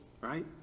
Right